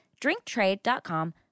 drinktrade.com